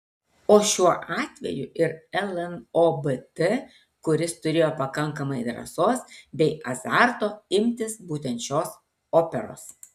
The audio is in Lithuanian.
o šiuo atveju ir lnobt kuris turėjo pakankamai drąsos bei azarto imtis būtent šios operos